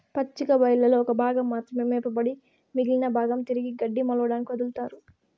పచ్చిక బయళ్లలో ఒక భాగం మాత్రమే మేపబడి మిగిలిన భాగం తిరిగి గడ్డి మొలవడానికి వదులుతారు